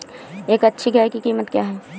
एक अच्छी गाय की कीमत क्या है?